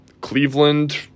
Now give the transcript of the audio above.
Cleveland